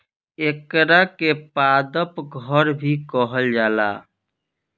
एकरा के पादप घर भी कहल जाला